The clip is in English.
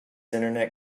internet